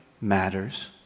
matters